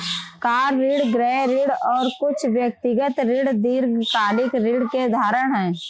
car ऋण, गृह ऋण और कुछ व्यक्तिगत ऋण दीर्घकालिक ऋण के उदाहरण हैं